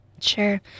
Sure